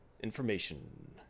information